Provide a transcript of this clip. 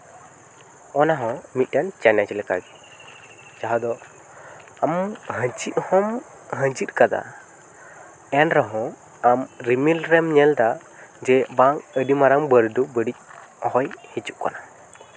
ᱚᱱᱟ ᱦᱚᱸ ᱢᱤᱫᱴᱮᱱ ᱪᱮᱞᱮᱧᱡᱽ ᱞᱮᱠᱟᱜᱮ ᱡᱟᱦᱟᱸ ᱫᱚ ᱟᱢ ᱟᱸᱡᱮᱫ ᱦᱚᱸᱢ ᱟᱸᱡᱮᱫ ᱟᱠᱟᱫᱟ ᱮᱱ ᱨᱮᱦᱚᱸ ᱟᱢ ᱨᱤᱢᱤᱞ ᱨᱮᱢ ᱧᱮᱞ ᱮᱫᱟ ᱡᱮ ᱵᱟᱝ ᱟᱹᱰᱤ ᱢᱟᱨᱟᱝ ᱵᱟᱹᱨᱰᱩ ᱵᱟᱹᱲᱤᱡᱽ ᱦᱚᱭ ᱦᱤᱡᱩᱜ ᱠᱟᱱᱟ